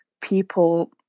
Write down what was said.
people